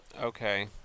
okay